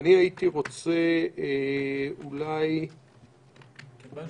הייתי רוצה אולי מרשות